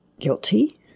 guilty